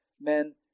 men